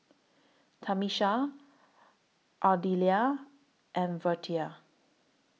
Tamisha Ardelia and Vertie